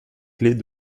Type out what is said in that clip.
clefs